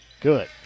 Good